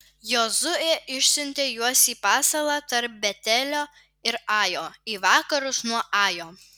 jozuė išsiuntė juos į pasalą tarp betelio ir ajo į vakarus nuo ajo